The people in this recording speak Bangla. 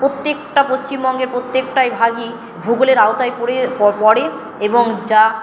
প্রত্যেকটা পশ্চিমবঙ্গের প্রত্যেকটা ভাগই ভূগোলের আওতায় পড়ে পড়ে এবং যা